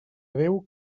déu